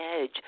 edge